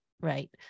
Right